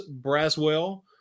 Braswell